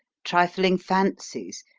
trifling fancies,